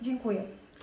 Dziękuję.